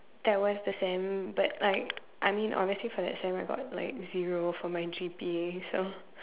that was the same but like I mean honestly for that same I got like zero for my G_P_A so